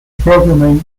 programming